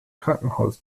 krankenhaus